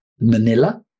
manila